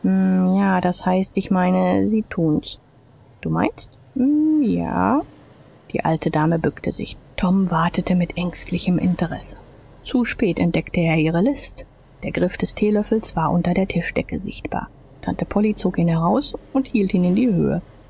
ja das heißt ich meine sie tun's du meinst hm ja die alte dame bückte sich tom wartete mit ängstlichem interesse zu spät entdeckte er ihre list der griff des teelöffels war unter der tischdecke sichtbar tante polly zog ihn heraus und hielt ihn in die höhe